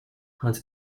hunt